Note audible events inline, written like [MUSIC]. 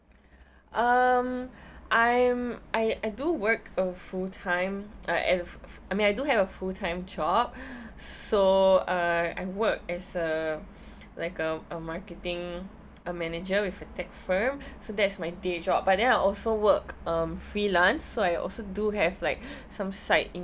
um I'm I I do work a full time uh I mean I do have a full time job [BREATH] so uh I work as a like a a marketing a manager with a tech firm so that's my day job but then I also work um freelance so I also do have like some side